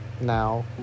now